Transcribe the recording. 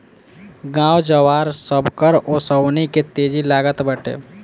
गाँव जवार, सबकर ओंसउनी के तेजी लागल बाटे